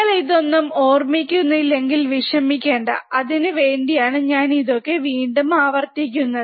നിങ്ങൾ ഇതൊന്നും ഓർമിക്കുന്നില്ലെങ്കിൽ വിഷമിക്കണ്ട അതിനു വേണ്ടിയാണ് ഞാൻ ഇതൊക്കെ വീണ്ടും ആവർത്തിക്കുന്നത്